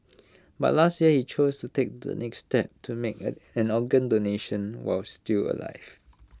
but last year he chose take the next step to make and an organ donation while still alive